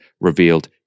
revealed